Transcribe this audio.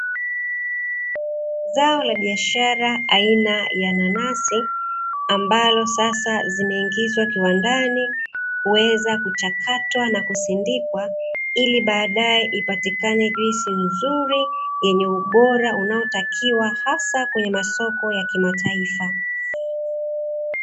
Zao la biashara aina ya nanasi, ambalo sasa zimeingizwa kiwandani, kuweza kuchakatwa na kusindikwa ili baadae ipatikane juisi nzuri yenye ubora unaotakiwa, hasa kwenye masoko ya kimataifa.